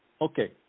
Okay